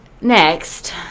next